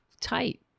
tight